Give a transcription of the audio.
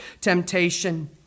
temptation